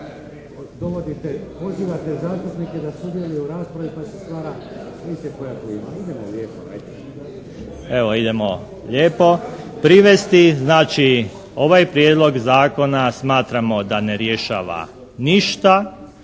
dovodite, pozivate zastupnike da sudjeluju u raspravi pa se stvara vidite koja klima. Idemo lijepo, 'ajde.